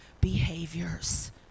behaviors